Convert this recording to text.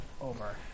over